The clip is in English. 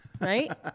right